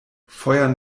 feuern